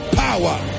power